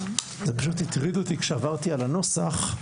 זה הטריד אותי עת עברתי על הנוסח.